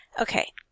Okay